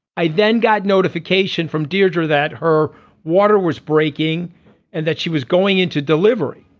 i then got notification from deirdre that her water was breaking and that she was going into delivery.